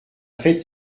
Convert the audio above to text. faite